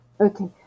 Okay